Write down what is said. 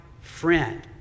friend